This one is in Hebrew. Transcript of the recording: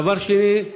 דבר שני,